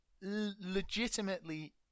legitimately